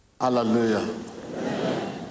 Hallelujah